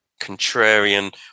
contrarian